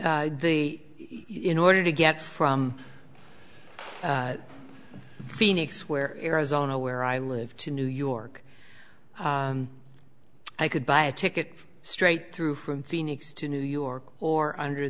in the in order to get from phoenix where arizona where i live to new york i could buy a ticket straight through from phoenix to new york or under